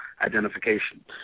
identification